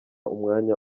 umwanya